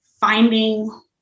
finding